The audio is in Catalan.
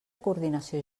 coordinació